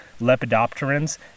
lepidopterans